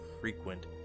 frequent